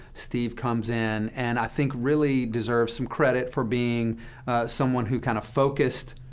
steve comes in and i think really deserves some credit for being someone who kind of focused